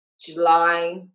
July